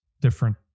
different